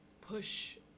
push